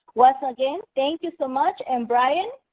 once ah again, thank you so much and brian.